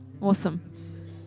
Awesome